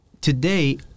today